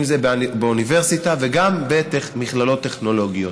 אם זה באוניברסיטה וגם במכללות טכנולוגיות.